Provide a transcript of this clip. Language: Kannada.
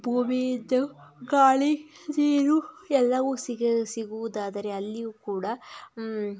ಭೂಮಿ ಇದ್ದು ಗಾಳಿ ನೀರು ಎಲ್ಲವೂ ಸಿಗ ಸಿಗುವುದಾದರೆ ಅಲ್ಲಿಯೂ ಕೂಡ